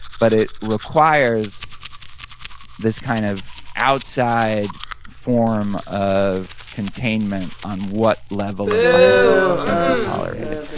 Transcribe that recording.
but it requires this kind of outside form of containment on what level of violence is going to be tolerated.